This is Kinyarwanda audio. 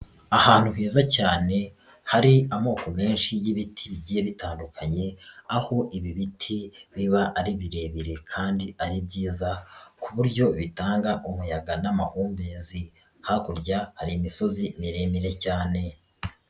Ahantu heza cyane hari amoko menshi y'ibiti bigiye bitandukanye aho ibi biti biba ari birebire kandi ari byiza ku buryo bitanga umuyaga n'amahumbezi, hakurya hari imisozi miremire cyane.